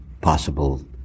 possible